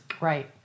Right